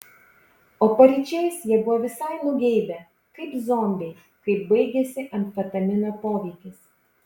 o paryčiais jie buvo visai nugeibę kaip zombiai kai baigėsi amfetamino poveikis